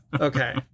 Okay